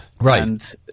Right